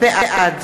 בעד